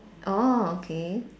orh okay